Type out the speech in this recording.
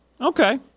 Okay